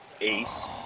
Ace